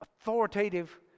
authoritative